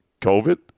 COVID